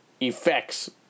effects